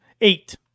eight